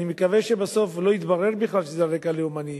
אני מקווה שבסוף לא יתברר בכלל שזה על רקע לאומני,